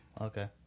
Okay